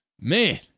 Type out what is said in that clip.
Man